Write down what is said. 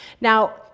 Now